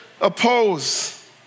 oppose